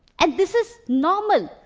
and this is normal,